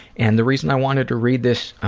and the reason i wanted to read this,